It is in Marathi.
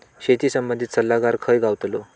शेती संबंधित सल्लागार खय गावतलो?